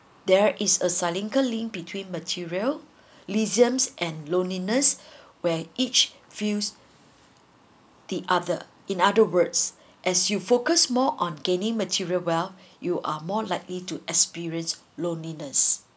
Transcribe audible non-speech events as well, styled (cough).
there is a cylinder link between materialism and loneliness where each feels the other in other words (breath) as you focus more on gaining material wealth you are more likely to experience loneliness